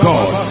God